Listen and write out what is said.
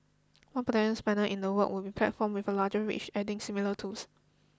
one potential spanner in the works would be platforms with a larger reach adding similar tools